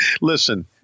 Listen